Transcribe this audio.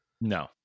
No